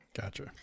Gotcha